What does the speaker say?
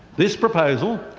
this proposal,